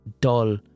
dull